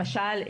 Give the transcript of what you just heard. למשל,